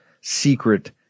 secret